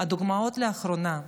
הדוגמאות לאחרונה,